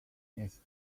its